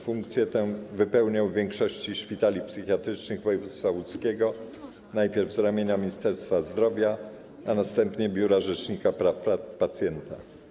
Funkcję tę wypełniał w większości szpitali psychiatrycznych województwa łódzkiego, najpierw z ramienia Ministerstwa Zdrowia, a następnie Biura Rzecznika Praw Pacjenta.